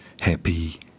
happy